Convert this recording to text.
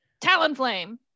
Talonflame